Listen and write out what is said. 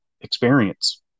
experience